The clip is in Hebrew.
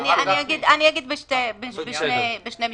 אני אגיד בשני משפטים: